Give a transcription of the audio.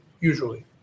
usually